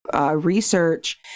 Research